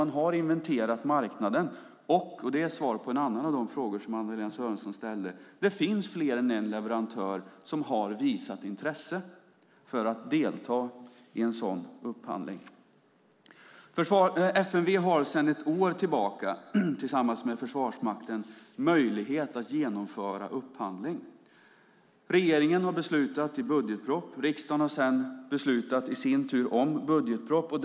Man har inventerat marknaden. Och, och det är svaret på en annan av de frågor som Anna-Lena Sörenson ställde, det finns fler än en leverantör som har visat intresse för att delta i en sådan upphandling. FMV har sedan ett år tillbaka tillsammans med Försvarsmakten möjlighet att genomföra upphandling. Regeringen har beslutat i budgetpropositionen. Riksdagen har sedan i sin tur beslutat om detta i budgetpropositionen.